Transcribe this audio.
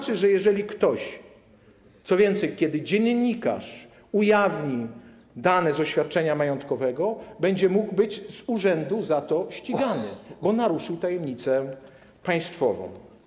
Co więcej, kiedy dziennikarz ujawni dane z oświadczenia majątkowego, będzie mógł być z urzędu za to ścigany, bo naruszył tajemnicę państwową.